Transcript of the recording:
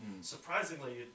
Surprisingly